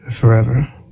forever